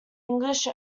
english